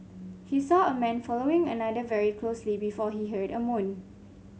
he saw a man following another very closely before he heard a moan